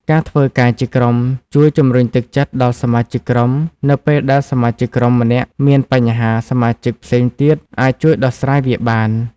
ការធ្វើការជាក្រុមជួយជំរុញទឹកចិត្តដល់សមាជិកក្រុម នៅពេលដែលសមាជិកក្រុមម្នាក់មានបញ្ហា សមាជិកផ្សេងទៀតអាចជួយដោះស្រាយវាបាន។